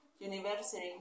University